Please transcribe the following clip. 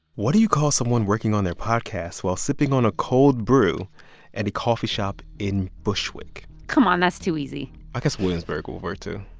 what do you call someone working on their podcast while sipping on a cold brew at a coffee shop in bushwick? come on. that's too easy i guess williamsburg will work, too,